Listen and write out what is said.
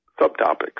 subtopics